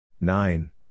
nine